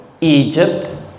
Egypt